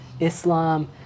Islam